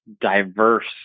diverse